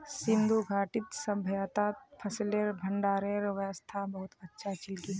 सिंधु घाटीर सभय्तात फसलेर भंडारनेर व्यवस्था बहुत अच्छा छिल की